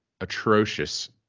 atrocious